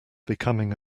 becoming